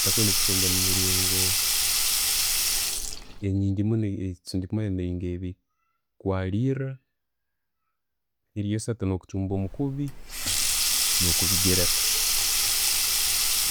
Ebitakuuli no'bichumbwa emiringo, enyingi munno kyendikumanya emiringo ebiri, kwaliira, eri esatu no'kuchumba omukuubi no'kubigereka.